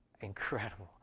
incredible